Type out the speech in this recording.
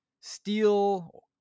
steel